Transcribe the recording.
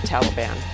Taliban